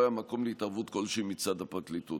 לא היה מקום להתערבות כלשהי מצד הפרקליטות.